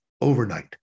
overnight